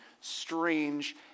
strange